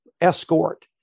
escort